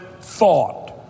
thought